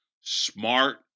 Smart